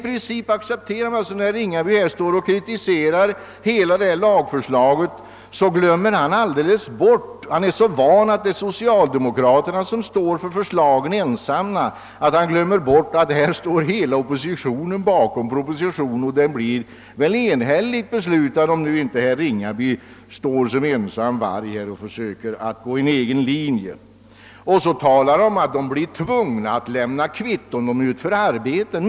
Herr Ringaby är så van vid att socialdemokraterna ensamma står för förslagen, att han glömmer att hela oppositionen står bakom propositionen — den blir förmodligen enhälligt bifallen, om inte herr Ringaby står som ensam varg och försöker gå efter en egen linje. Herr Ringaby sade också att arbetarna skulle bli tvungna att lämna kvitto om de utför arbeten på fastigheterna.